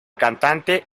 cantante